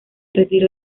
retiró